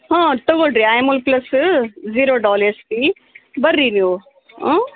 ಹಾಂ ತಗೋಳಿ ರೀ ಐಮೋಲ್ ಪ್ಲಸ್ ಜೀರೋಡಾಲ್ ಎಸ್ ಪಿ ಬರ್ರಿ ನೀವು ಹ್ಞೂ